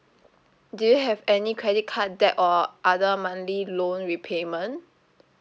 do you have any credit card debt or other monthly loan repayment